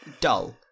dull